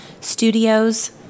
studios